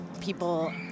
people